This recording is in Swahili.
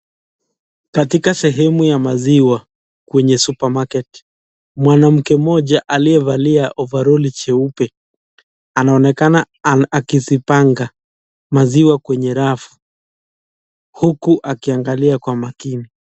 Katika sehemu ya maziwa kwenye supermarket , mwanamke mmoja aliyevalia ovalori cheupe anaonekana akizipanga maziwa kwenye rafu huku akiangalia kwa makini.